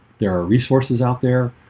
there are resources out there